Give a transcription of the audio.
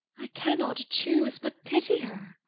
i cannot choose but pity her.